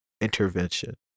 intervention